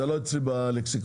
זה לא אצלי בלקסיקון.